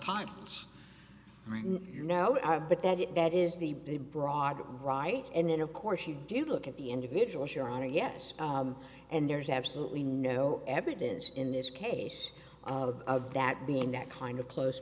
it's you know but that is that is the broad right and then of course you do look at the individuals your honor yes and there's absolutely no evidence in this case of that being that kind of close